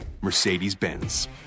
Mercedes-Benz